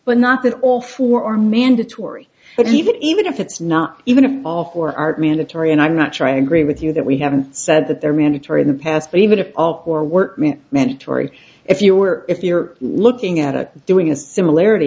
but not that all four are mandatory but even even if it's not even if all four are mandatory and i'm not sure i agree with you that we haven't said that they're mandatory in the past but even if all four work mean mandatory if you are if you're looking at it doing a similarity